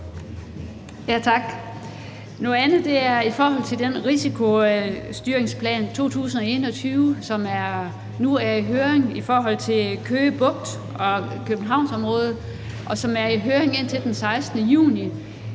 Tak. Noget andet er den Risikostyringsplan 2021, som nu er i høring i forhold til Køge Bugt og Københavnsområdet, og som er i høring indtil den 16. juni.